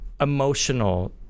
emotional